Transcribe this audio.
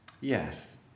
Yes